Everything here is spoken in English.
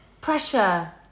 pressure